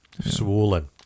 swollen